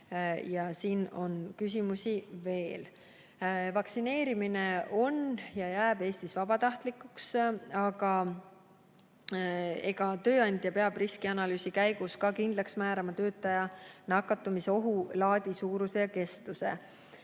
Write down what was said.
on küsimusi veel. Vaktsineerimine on ja jääb Eestis vabatahtlikuks. Aga tööandja peab riskianalüüsi käigus kindlaks määrama töötaja nakatumise ohu, laadi, suuruse ja kestuse.